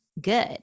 good